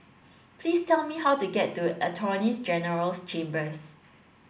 please tell me how to get to Attorneys General's Chambers